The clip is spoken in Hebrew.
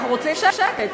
אנחנו רוצים שקט.